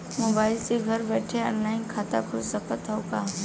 Mobile से घर बैठे ऑनलाइन खाता खुल सकत हव का?